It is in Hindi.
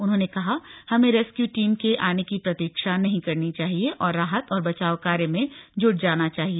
उन्होंने कहा हमें रेस्क्यू टीम के आने की प्रतिक्षा नहीं करनी चाहिए और राहत और बचाव कार्य में जुट जाना चाहिए